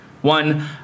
one